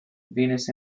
venus